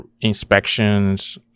inspections